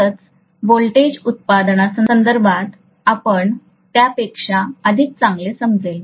तरच व्होल्टेज उत्पादनासंदर्भात आणि त्यापेक्षा अधिक चांगले समजेल